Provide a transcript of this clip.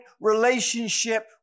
relationship